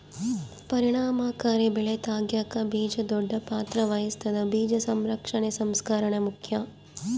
ಪರಿಣಾಮಕಾರಿ ಬೆಳೆ ತೆಗ್ಯಾಕ ಬೀಜ ದೊಡ್ಡ ಪಾತ್ರ ವಹಿಸ್ತದ ಬೀಜ ಸಂರಕ್ಷಣೆ ಸಂಸ್ಕರಣೆ ಮುಖ್ಯ